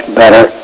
better